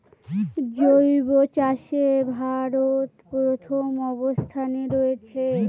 জৈব চাষে ভারত প্রথম অবস্থানে রয়েছে